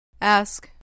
Ask